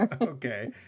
okay